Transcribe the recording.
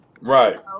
Right